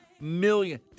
million